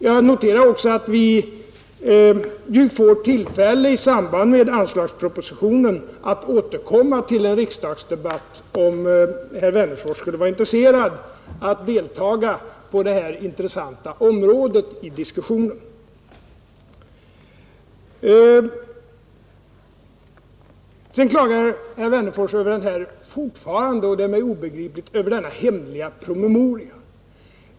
Jag noterar också att vi när anslagspropositionen skall behandlas får tillfälle att återkomma till en riksdagsdebatt, om herr Wennerfors skulle vara intresserad av att delta på detta intressanta område i diskussionen. Sedan klagar herr Wennerfors fortfarande — och det är mig obegripligt — över denna hemliga promemoria.